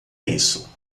isso